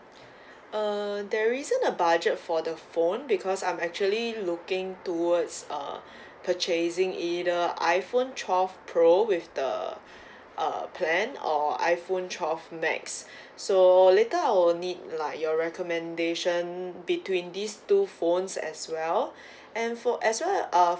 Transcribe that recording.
uh there isn't a budget for the phone because I'm actually looking towards uh purchasing either iphone twelve pro with the uh plan or iphone twelve max so later I will need like your recommendation between these two phones as well and for as well uh